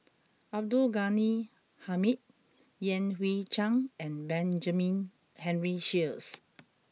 Abdul Ghani Hamid Yan Hui Chang and Benjamin Henry Sheares